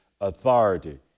authority